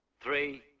three